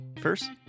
first